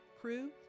crew